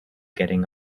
getting